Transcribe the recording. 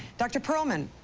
dr. pearlman,